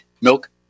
milk